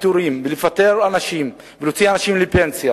פיטורים ונפטר אנשים ונוציא אנשים לפנסיה